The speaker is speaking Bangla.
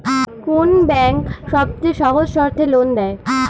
কোন ব্যাংক সবচেয়ে সহজ শর্তে লোন দেয়?